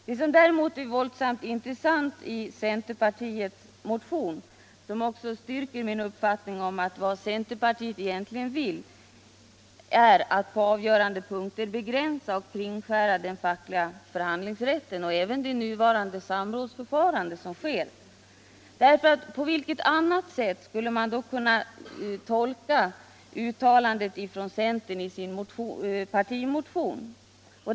Vad som däremot är mycket intressant i centerpartiets motion och som styrker min uppfattning att vad centerpartiet egentligen vill är att på avgörande punkter begränsa och kringskära den fackliga förhandlingsrätten och även det nuvarande samrådsförfarandet. På vilket annat sätt skulle man kunna tolka uttalandet från centern i partimotionen?